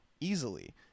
easily